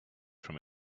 from